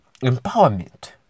empowerment